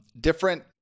Different